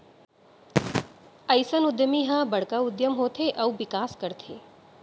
अइसन उद्यमी ह बड़का उद्यम होथे अउ बिकास करथे